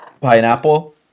pineapple